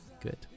Good